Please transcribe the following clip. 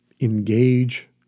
engage